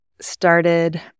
started